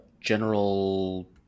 general